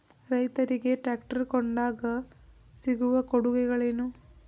ರೈತರಿಗೆ ಟ್ರಾಕ್ಟರ್ ಕೊಂಡಾಗ ಸಿಗುವ ಕೊಡುಗೆಗಳೇನು?